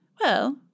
Well